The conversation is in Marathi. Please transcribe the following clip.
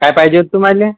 काय पाहिजे होते तुम्हाला